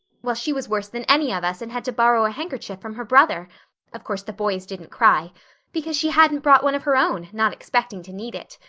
well, she was worse than any of us and had to borrow a handkerchief from her brother of course the boys didn't cry because she hadn't brought one of her own, not expecting to need it.